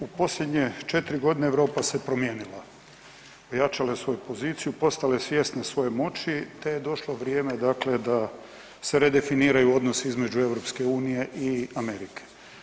U posljednje 4.g. Europa se promijenila, ojačala je svoju poziciju, postala je svjesna svoje moći, te je došlo vrijeme dakle da se redefiniraju odnosi između EU i Amerike.